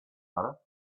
butter